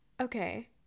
Okay